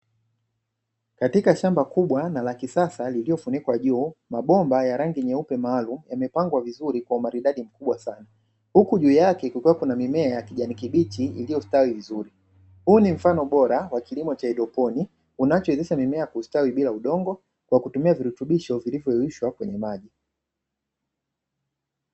Katika shamba kubwa na la kisasa lililofunikwa juu; mabomba ya rangi nyeupe maalumu yamepangwa vizuri kwa umaridadi mkubwa sana, huku juu yake kukiwa na mimea ya kijani kibichi iliyostawi vizuri. Huu ni mfano bora wa kilimo cha haidroponi kinachowezesha mimea kustawi bila udongo kwa kutumia virutubisho vilivyoyeyushwa kwenye maji.